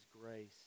grace